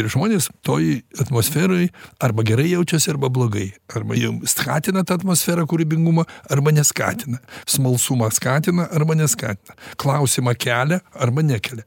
žmonės toj atmosferoj arba gerai jaučiasi arba blogai arba jie skatina tą atmosferą kūrybingumą arba neskatina smalsumą skatina arba neskatina klausimą kelia arba nekelia